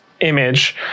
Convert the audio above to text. image